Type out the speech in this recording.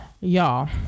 Y'all